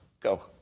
Go